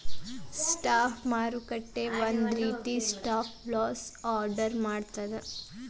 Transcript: stop ಮಾರುಕಟ್ಟೆ ಒಂದ ರೇತಿ ಸ್ಟಾಪ್ ಲಾಸ್ ಆರ್ಡರ್ ಮಾಡ್ತದ